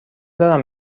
دارم